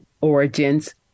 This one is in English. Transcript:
origins